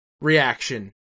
reaction